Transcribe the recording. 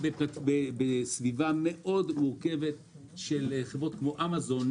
בסביבה מאוד מורכבת של חברות כמו אמזון,